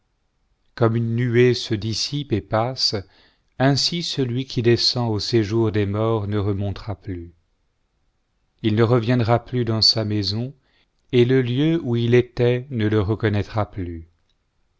comme une nuée se dissipe et passe ainsi celui qui descend au séjour des morts ne remontera plus il ne reviendra plus dans sa maison et le lieu où il était ne le reconnaîtra plus